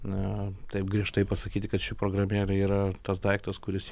na taip griežtai pasakyti kad ši programėlė yra tas daiktas kuris